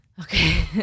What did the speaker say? Okay